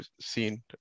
seen